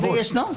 זה ישנו.